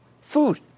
Food